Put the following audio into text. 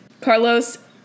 Carlos